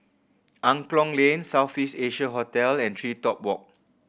Angklong Lane South East Asia Hotel and TreeTop Walk